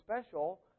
special